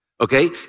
okay